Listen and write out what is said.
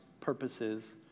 purposes